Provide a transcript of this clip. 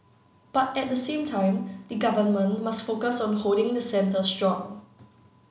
but at the same time the government must focus on holding the centre strong